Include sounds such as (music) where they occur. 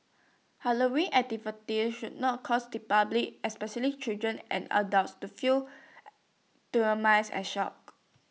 Halloween activities should not cause the public especially children and adults to feel (unintelligible) and shocked